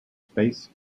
space